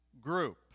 group